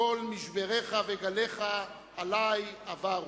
קול משבריך וגליך עלי עברו.